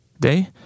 day